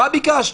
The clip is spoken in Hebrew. מה ביקשתי?